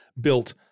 built